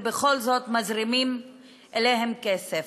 ובכל זאת מזרימים אליה כסף.